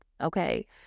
okay